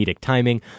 timing